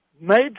made